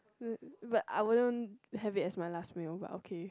but I wouldn't have it as my last meal but okay